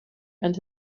and